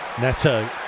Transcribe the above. Neto